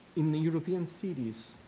in the european cities,